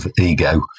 ego